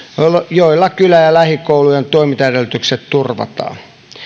joilla kylä ja lähikoulujen toimintaedellytykset turvataan